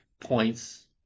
points